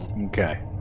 Okay